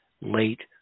late